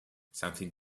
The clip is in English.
something